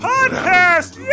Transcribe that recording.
Podcast